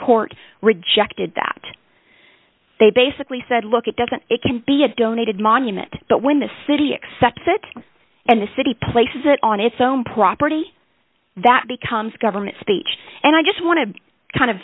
court rejected that they basically said look at doesn't it can be a donated monument but when the city accept it and the city places it on it's own property that becomes government speech and i just want to kind of